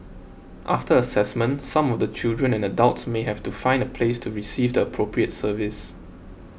after assessment some of the children and adults may have to find a place to receive the appropriate service